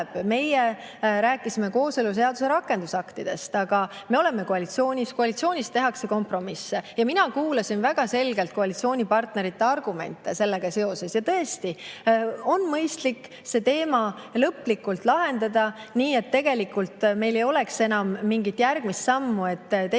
meie rääkisime kooseluseaduse rakendusaktidest. Me oleme aga koalitsioonis, koalitsioonis tehakse kompromisse. Mina kuulasin väga selgelt koalitsioonipartnerite argumente ja tõesti on mõistlik see teema lõplikult lahendada, nii et ei oleks enam mingit järgmist sammu, et teie